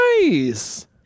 nice